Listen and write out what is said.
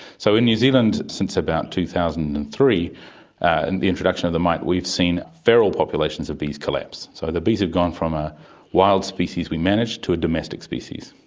so in new zealand since about two thousand and three and the introduction of the mite we've seen feral populations of bees collapse. so the bees have gone from a wild species we managed to a domestic species.